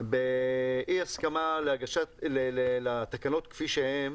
באי הסכמה לתקנות כפי שהן,